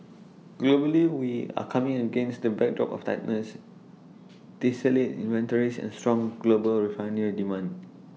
globally we are coming against the backdrop of tightness distillate inventories and strong global refinery demand